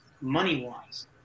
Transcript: money-wise